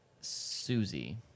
Susie